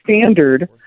standard